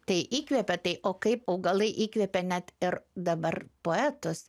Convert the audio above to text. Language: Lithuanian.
tai įkvepia tai o kaip augalai įkvepia net ir dabar poetus